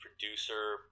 producer